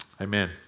Amen